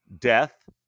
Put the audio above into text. death